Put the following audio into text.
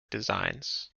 designs